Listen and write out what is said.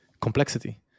complexity